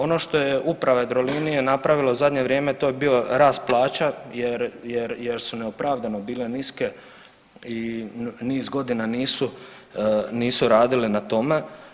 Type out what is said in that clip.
Ono što je uprava Jadrolinije napravila u zadnje vrijeme to je bio rast plaća jer, jer, jer su neopravdano bile niske i niz godina nisu, nisu radili na tome.